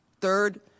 Third